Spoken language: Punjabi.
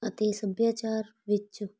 ਅਤੇ ਸੱਭਿਆਚਾਰ ਵਿੱਚ